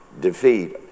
defeat